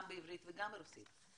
גם בעברית וגם ברוסית,